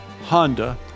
Honda